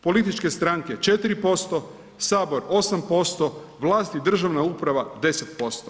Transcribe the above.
Političke stranke 4%, sabor 8%, vlast i državna uprava 10%